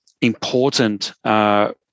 important